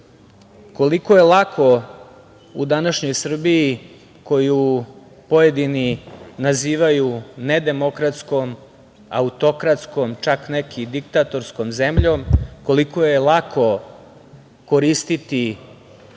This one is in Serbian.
Koliko je lako u današnjoj Srbiji, koju pojedini nazivaju nedemokratskom, autokratskom, čak neki diktatorskom zemljom, koliko je lako koristiti